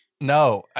no